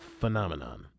phenomenon